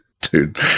Dude